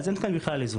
אז אין כאן בכלל איזון.